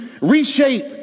reshape